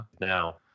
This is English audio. now